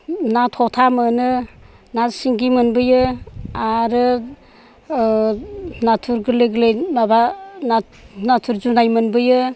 ना थ'था मोनो ना सिंगि मोनबोयो आरो नाथुर गोरलै गोरलै माबा नाथुर जुनाय मोनबोयो